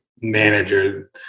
manager